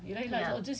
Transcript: something like that lah